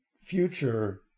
future